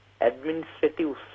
administrative